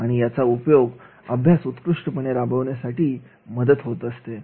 आणि याचा उपयोग अभ्यास उत्कृष्टपणे राबवण्यासाठी मदत होत असते